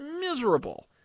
miserable